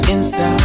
Insta